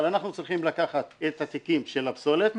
אבל אנחנו צריכים לקחת את התיקים של הפסולת,